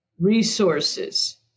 resources